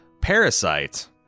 Parasite